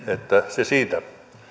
se siitä